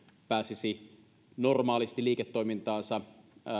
pääsisi liiketoimintaansa